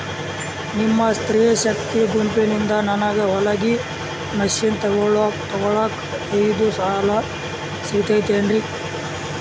ನಿಮ್ಮ ಸ್ತ್ರೇ ಶಕ್ತಿ ಗುಂಪಿನಿಂದ ನನಗ ಹೊಲಗಿ ಮಷೇನ್ ತೊಗೋಳಾಕ್ ಐದು ಸಾಲ ಸಿಗತೈತೇನ್ರಿ?